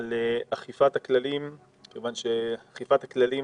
על אכיפת הכללים האחרים,